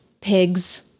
pigs